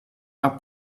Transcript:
are